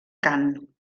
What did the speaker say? cant